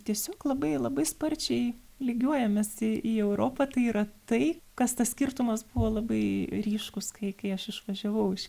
tiesiog labai labai sparčiai lygiuojamės į į europą tai yra tai kas tas skirtumas buvo labai ryškus kai kai aš išvažiavau iš